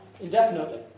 indefinitely